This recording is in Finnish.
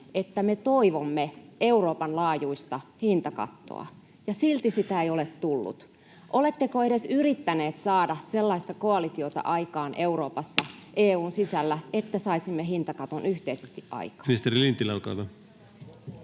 että me toivomme Euroopan laajuista hintakattoa, ja silti sitä ei ole tullut. Oletteko edes yrittänyt saada sellaista koalitiota aikaan Euroopassa, EU:n sisällä, että saisimme hintakaton yhteisesti aikaan?